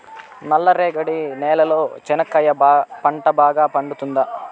నల్ల రేగడి నేలలో చెనక్కాయ పంట బాగా పండుతుందా?